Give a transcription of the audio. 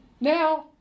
now